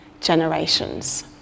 generations